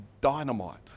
dynamite